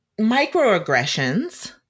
microaggressions